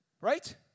Right